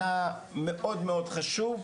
זה מאוד חשוב,